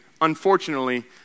unfortunately